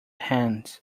hands